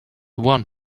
one